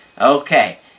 Okay